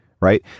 right